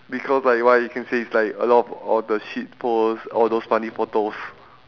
because like why you can say it's like a lot of all the shit posts all those funny photos